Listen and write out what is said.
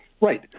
Right